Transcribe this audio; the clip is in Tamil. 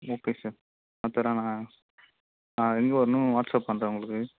ஓகே சார் மற்றதுலாம் நான் நான் எங்கே வரணும் வாட்ஸ்ஆப் பண்ணுறேன் உங்களுக்கு